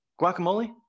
guacamole